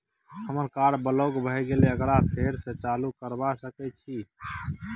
हमर card block भ गेले एकरा फेर स चालू करबा सके छि?